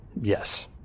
Yes